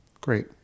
Great